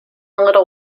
little